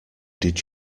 did